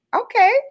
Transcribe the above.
Okay